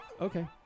Okay